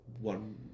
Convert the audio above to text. one